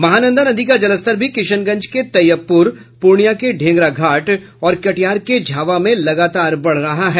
महानंदा नदी का जलस्तर भी किशनगंज के तैयबपुर पूर्णिया के ढ़ेगराघाट और कटिहार के झावा में लगातार बढ़ रहा है